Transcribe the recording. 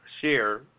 share